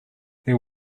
there